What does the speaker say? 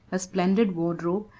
a splendid wardrobe,